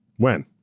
when?